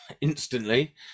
instantly